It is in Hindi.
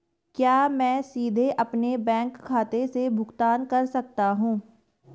क्या मैं सीधे अपने बैंक खाते से भुगतान कर सकता हूं?